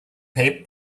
pay